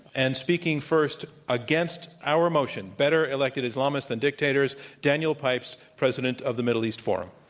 and speaking first, against our motion, better elected islamists than dictators, daniel pipes, president of the middle east forum.